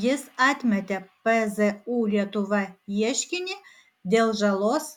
jis atmetė pzu lietuva ieškinį dėl žalos